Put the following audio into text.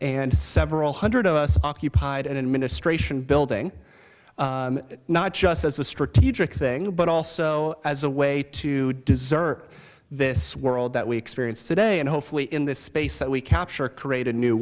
and several hundred of us occupied administration building not just as a strategic thing but also as a way to deserve this world that we experience today and hopefully in this space that we capture create a new